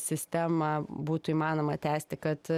sistemą būtų įmanoma tęsti kad